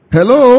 Hello